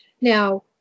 Now